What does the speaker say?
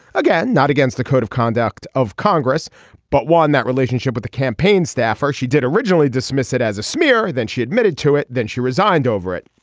again not against the code of conduct of congress but one that relationship with a campaign staffer. she did originally dismiss it as a smear. then she admitted to it. then she resigned over it.